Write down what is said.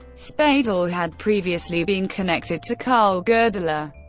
speidel had previously been connected to carl goerdeler,